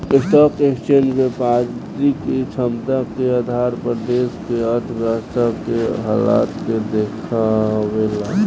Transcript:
stock exchange व्यापारिक क्षमता के आधार पर देश के अर्थव्यवस्था के हाल के देखावेला